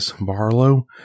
Barlow